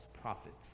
prophets